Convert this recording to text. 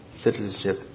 citizenship